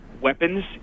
weapons